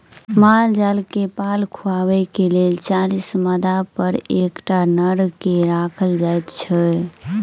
माल जाल के पाल खुअयबाक लेल चालीस मादापर एकटा नर के राखल जाइत छै